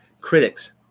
critics